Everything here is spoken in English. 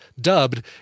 Dubbed